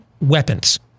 weapons